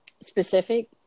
specific